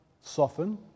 soften